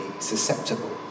susceptible